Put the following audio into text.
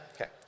okay